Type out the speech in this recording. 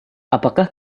apakah